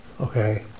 okay